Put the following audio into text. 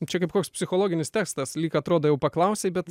čia kaip koks psichologinis testas lyg atrodo jau paklausei bet